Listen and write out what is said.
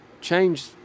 change